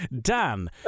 Dan